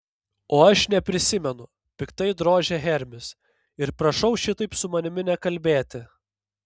o aš neprisimenu piktai drožia hermis ir prašau šitaip su manimi nekalbėti